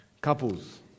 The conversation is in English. Couples